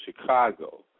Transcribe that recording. Chicago